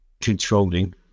controlling